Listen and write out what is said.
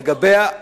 לגביה.